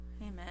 Amen